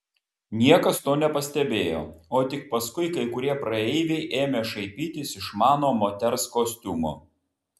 niekas to nepastebėjo o tik paskui kai kurie praeiviai ėmė šaipytis iš mano moters kostiumo